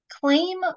claim